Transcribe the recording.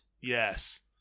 Yes